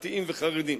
דתיים וחרדים.